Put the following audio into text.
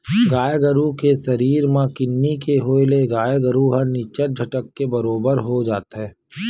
गाय गरु के सरीर म किन्नी के होय ले गाय गरु ह निच्चट झटके बरोबर हो जाथे